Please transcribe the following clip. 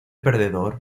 perdedor